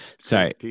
Sorry